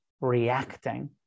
reacting